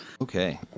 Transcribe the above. Okay